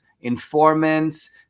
informants